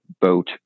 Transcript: boat